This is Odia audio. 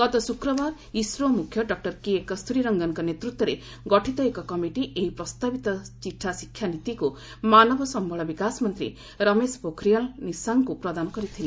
ଗତ ଶୁକ୍ରବାର ଇସ୍ରୋ ମୁଖ୍ୟ ଡକୁର କେ କସ୍ତୁରୀରଙ୍ଗନ୍ଙ୍କ ନେତୃତ୍ୱରେ ଗଠିତ ଏକ କମିଟି ଏହି ପ୍ରସ୍ତାବିତ ଚିଠା ଶିକ୍ଷାନୀତିକୁ ମାନବ ସମ୍ଭଳ ବିକାଶମନ୍ତ୍ରୀ ରମେଶ ପୋଖରିଆଲ୍ ନିଶାଙ୍କ ଙ୍କୁ ପ୍ରଦାନ କରିଥିଲେ